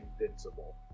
invincible